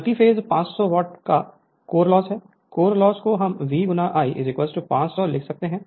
प्रति face 500 watt का core loss है कोर लॉस को हम V I 500 लिख सकते हैं